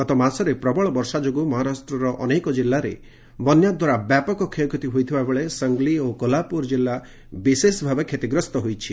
ଗତ ମାସରେ ପ୍ରବଳ ବର୍ଷା ଯୋଗୁଁ ମହାରାଷ୍ଟ୍ରର ଅନେକ ଜିଲ୍ଲାରେ ବନ୍ୟାଦ୍ୱାରା ବ୍ୟାପକ ଷୟକ୍ଷତି ହୋଇଥିବାବେଳେ ସଙ୍ଗ୍ଲି ଓ କୋହ୍ଲାପୁର କିଲ୍ଲା ବିଶେଷଭାବେ କ୍ଷତିଗ୍ରସ୍ତ ହୋଇଛି